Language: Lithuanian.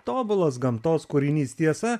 tobulas gamtos kūrinys tiesa